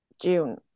June